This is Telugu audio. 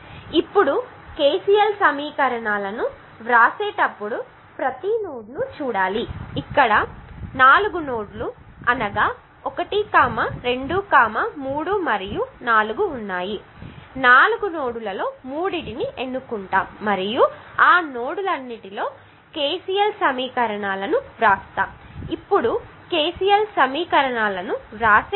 కాబట్టి ఇప్పుడు కెసిఎల్ సమీకరణాలను వ్రాసేటప్పుడు ప్రతి నోడ్ను చూడాలి ఇక్కడ నాలుగు నోడ్లు 1 2 3 మరియు 4 ఉన్నాయి నాలుగు నోడ్లలో మూడింటిని ఎన్నుకుంటాము మరియు ఆ నోడ్లన్నింటిలో కెసిఎల్ సమీకరణాలను వ్రాస్తాము